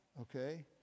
Okay